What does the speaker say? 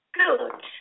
good